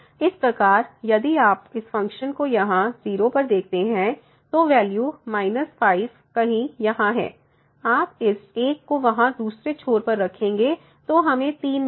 इस प्रकार यदि आप इस फ़ंक्शन को यहाँ 0 पर देखते हैं तो वैल्यू 5 कहीं यहाँ है आप इस एक को वहाँ दूसरे छोर पर रखेंगे तो हमें 3 मिलेगा